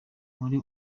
muri